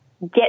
get